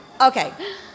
Okay